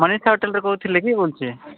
ମନିଷା ହୋଟେଲ୍ରୁ କହୁଥିଲେ କି ବଲୁଛେଁ